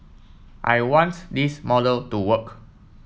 I want this model to work